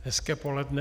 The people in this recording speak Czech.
Hezké poledne.